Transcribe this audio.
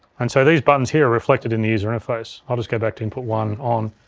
and so these buttons here are reflected in the user interface. i'll just go back to input one on.